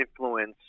influence